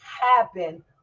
happen